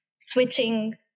switching